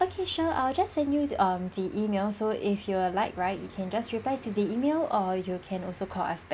okay sure I will just send you um the email so if you are like right you can just reply to the email or you can also call us ba~